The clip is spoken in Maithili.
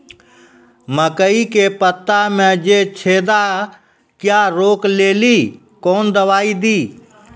मकई के पता मे जे छेदा क्या रोक ले ली कौन दवाई दी?